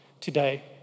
today